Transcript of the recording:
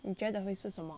你觉得会是什么